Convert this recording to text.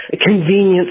convenience